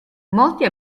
molti